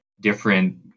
different